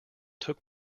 took